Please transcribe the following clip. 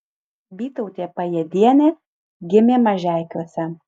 bytautė pajėdienė gimė mažeikiuose